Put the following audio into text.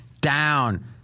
down